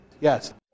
yes